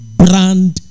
brand